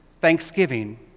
thanksgiving